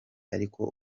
ariko